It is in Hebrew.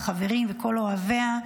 חברים וכל אוהביה,